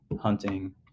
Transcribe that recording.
hunting